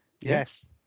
Yes